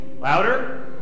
Louder